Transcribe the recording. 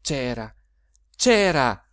c'era c'era